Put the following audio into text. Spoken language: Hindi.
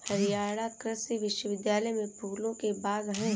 हरियाणा कृषि विश्वविद्यालय में फूलों के बाग हैं